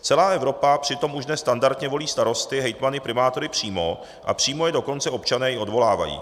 Celá Evropa přitom už dnes standardně volí starosty, hejtmany, primátory přímo, a přímo je dokonce občané i odvolávají.